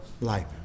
life